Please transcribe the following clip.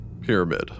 pyramid